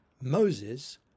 Moses